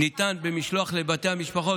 הוא ניתן במשלוח לבתי המשפחות.